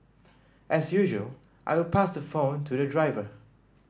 as usual I would pass the phone to the driver